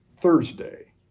Thursday